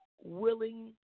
willing